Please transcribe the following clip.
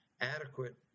adequate